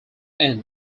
end